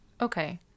Okay